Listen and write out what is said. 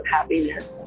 happiness